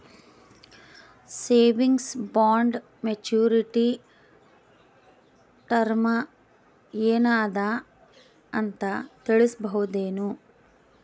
Savings bond maturity term ಏನ ಅದ ಅಂತ ತಿಳಸಬಹುದೇನು?